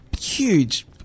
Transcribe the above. huge